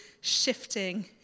shifting